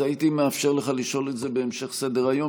אז הייתי מאפשר לך לשאול את זה בהמשך סדר-היום.